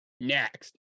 next